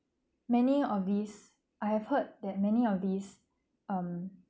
many of these I have heard that many of these um